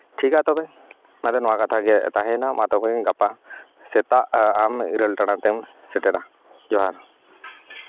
ᱴᱷᱤᱠ ᱜᱮᱭᱟ ᱛᱚᱵᱮ ᱢᱟᱱᱮ ᱱᱚᱣᱟ ᱠᱟᱛᱷᱟ ᱜᱮ ᱛᱟᱦᱮᱭᱮᱱᱟ ᱢᱟ ᱛᱚᱵᱮ ᱜᱟᱯᱟ ᱥᱮᱛᱟᱜ ᱟᱢ ᱤᱨᱟᱹᱞ ᱴᱟᱲᱟᱝ ᱛᱮᱢ ᱥᱮᱴᱮᱨᱟ ᱡᱚᱦᱟᱨ